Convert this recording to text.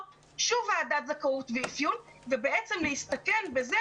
שוב ועדת זכאות ואפיון ובעצם להסתכן בזה